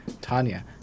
Tanya